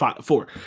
Four